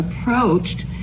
approached